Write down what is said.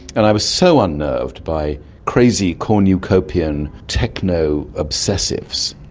and i was so unnerved by crazy cornucopian techno obsessives,